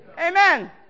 Amen